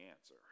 answer